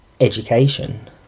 education